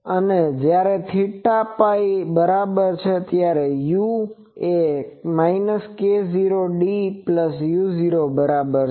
અને જ્યારે થીટા એ Πની બરાબર હોય ત્યારે u એ k0du0 બરાબર થશે